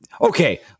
okay